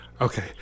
Okay